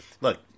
look